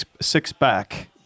six-back